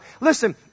Listen